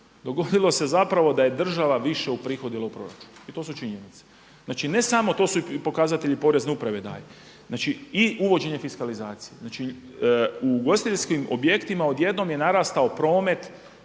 Dogodilo se da je država više uprihodila u proračun i to su činjenice. Znači ne samo to su pokazatelji i Porezne uprave … znači i uvođenje fiskalizacije. Znači u ugostiteljskim objektima odjednom je narastao promet